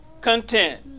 content